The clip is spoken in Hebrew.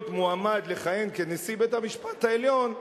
מועמד לכהן כנשיא בית-המשפט העליון,